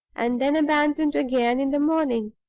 and then abandoned again, in the morning.